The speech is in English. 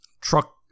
truck